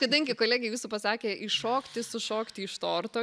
kadangi kolegė jūsų pasakė iššokti sušokti iš torto